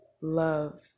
love